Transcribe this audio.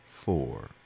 four